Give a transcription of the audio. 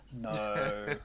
No